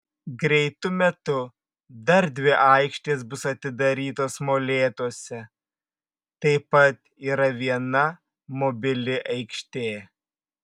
greitu metu dar dvi aikštės bus atidarytos molėtuose taip pat yra viena mobili aikštė